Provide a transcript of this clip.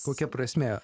kokia prasmė